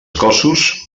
cossos